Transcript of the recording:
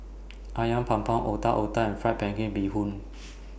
Ayam Panggang Otak Otak and Fried Pan Crispy Bee Hoon